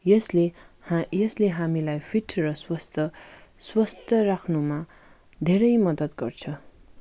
यसले हा यसले हामीलाई फिट र स्वस्थ स्वस्थ राख्नुमा धेरै मद्दत गर्छ